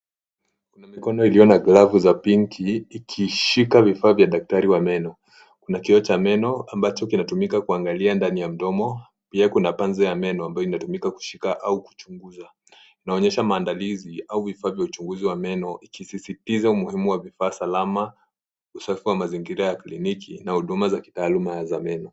Mikono iliyo na glovu za pinki ikishika vifaa vya daktari wa meno na kioo cha meno ambacho kinatumika kuangalia ndani ya mdomo pia kuna panza ya meno ambayo inatumika kushika au kuchunguza inaonyesha maandalizi au uhifadhi wa uchunguzi wa meno ikisisitiza umuhumi wa vifaa salama usafi wa mazingira ya kliniki na huduma za kitaaluma za meno.